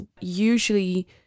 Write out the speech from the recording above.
Usually